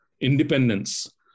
independence